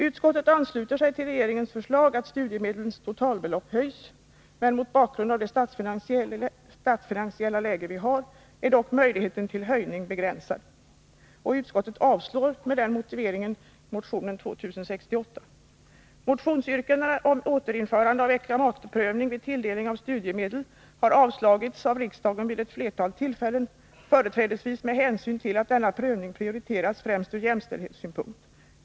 Utskottet ansluter sig till regeringens förslag att studiemedlens totalbelopp höjs. Mot bakgrund av det statsfinansiella läget är dock möjligheten till höjning begränsad, och utskottet avstyrker med den motiveringen motion 2068. Motionsyrkandena om återinförande av äktamakeprövning vid tilldelning av studiemedel har avslagits av riksdagen vid ett flertal tillfällen, företrädesvis med hänvisning till att denna prövning prioriteras främst ur jämställdhetssynpunkt.